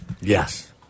Yes